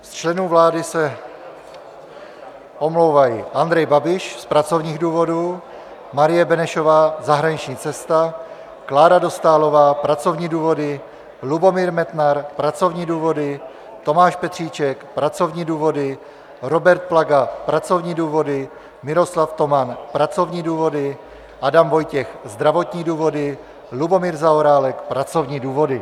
Z členů vlády se omlouvají: Andrej Babiš z pracovních důvodů, Marie Benešová zahraniční cesta, Klára Dostálová pracovní důvody, Lubomír Metnar pracovní důvody, Tomáš Petříček pracovní důvody, Robert Plaga pracovní důvody, Miroslav Toman pracovní důvody, Adam Vojtěch zdravotní důvody, Lubomír Zaorálek pracovní důvody.